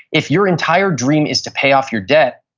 if your entire dream is to pay off your debt,